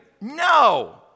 No